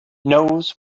knows